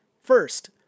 First